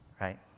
right